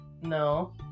No